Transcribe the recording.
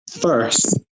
first